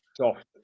soft